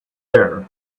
air